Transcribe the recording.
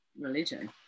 religion